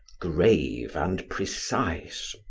grave and precise,